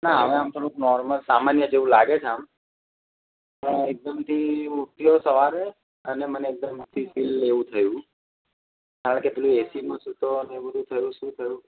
ના હવે આમ થોડુંક નોર્મલ સામાન્ય જેવું લાગે છે આમ પણ એકદમથી ઉઠ્યો સવારે અને મને એકદમ થી ફીલ એવું થયું કારણ કે પેલી એસીમાં સૂતો એ બધું થયું શું થયું